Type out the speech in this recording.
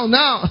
now